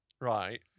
Right